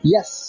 Yes